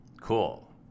cool